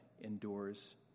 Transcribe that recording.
endures